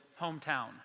hometown